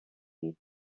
you